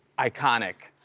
iconic.